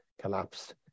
collapsed